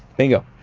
bingo.